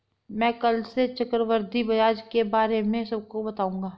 मैं कल से चक्रवृद्धि ब्याज के बारे में सबको बताऊंगा